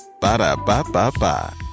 Ba-da-ba-ba-ba